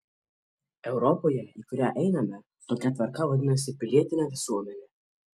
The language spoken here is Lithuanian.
europoje į kurią einame tokia tvarka vadinasi pilietine visuomene